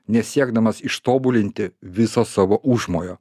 nesiekdamas ištobulinti viso savo užmojo